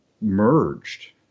merged